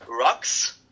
Rocks